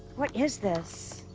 what is this?